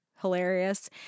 hilarious